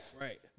Right